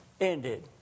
ended